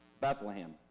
Bethlehem